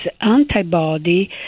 antibody